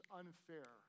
unfair